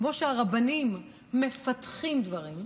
כמו שהרבנים מפתחים דברים.